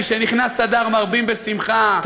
משנכנס אדר מרבין בשמחה,